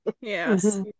Yes